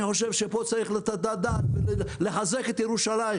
אני חושב שצריך לתת פה את הדעת ולחזק את ירושלים.